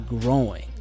growing